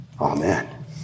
Amen